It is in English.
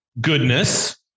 goodness